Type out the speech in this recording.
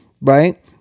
Right